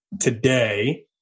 today